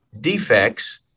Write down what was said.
defects